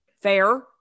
fair